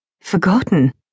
Forgotten